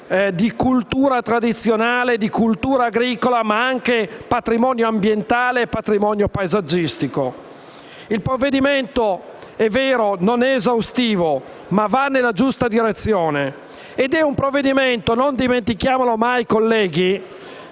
di cultura tradizionale, di cultura agricola, ma anche patrimonio ambientale e paesaggistico. È vero: il provvedimento non è esaustivo, ma va nella giusta direzione. È un provvedimento - non dimentichiamolo mai, colleghi